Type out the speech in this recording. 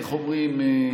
איך אומרים?